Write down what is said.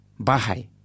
bahai